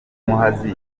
muhazi